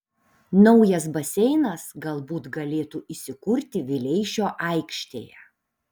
naujas baseinas galbūt galėtų įsikurti vileišio aikštėje